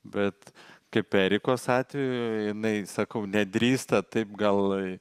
bet kaip erikos atveju jinai sakau nedrįsta taip gal